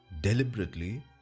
deliberately